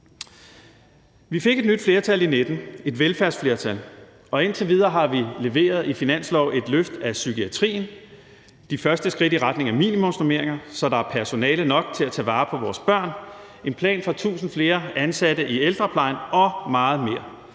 Vi fik et nyt flertal i 2019, et velfærdsflertal. Og indtil videre har vi i finanslovene leveret et løft af psykiatrien, de første skridt i retning af minimumsnormeringer, så der er personale nok til at tage vare på vores børn, en plan for 1.000 flere ansatte i ældreplejen og meget mere.